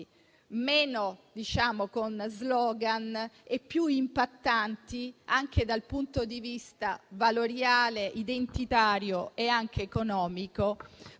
meno slogan e più impattanti anche dal punto di vista valoriale, identitario ed economico.